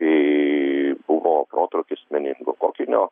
į buvo protrūkis meningokokinio